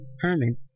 Herman